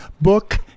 book